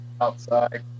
outside